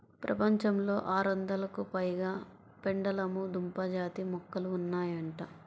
ప్రపంచంలో ఆరొందలకు పైగా పెండలము దుంప జాతి మొక్కలు ఉన్నాయంట